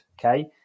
okay